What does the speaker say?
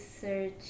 search